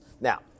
Now